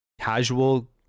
casual